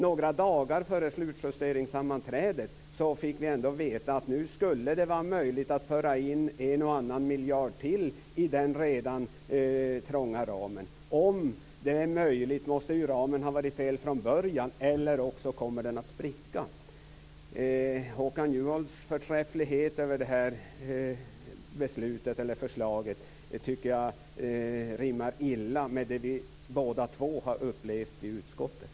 Några dagar före slutjusteringssammanträdet fick vi ändå veta att nu skulle det vara möjligt att tillföra en och annan miljard till inom den redan trånga ramen. Om detta är möjligt måste ju ramen ha varit fel redan från början eller också kommer den att spricka. Håkan Juholts förträfflighet vad gäller det här förslaget tycker jag rimmar illa med vad vi båda två har upplevt i utskottet.